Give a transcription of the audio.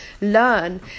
learn